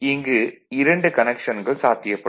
இங்கு இரண்டு கனெக்ஷன்கள் சாத்தியப்படும்